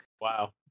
wow